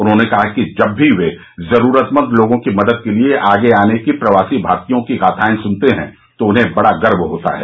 उन्होंने कहा कि जब भी वे जरूरतमंद लोगों की मदद के लिए आगे आने की प्रवासी भारतीयों की गाथाएं सुनते हैं तो उन्हें बड़ा गर्व होता है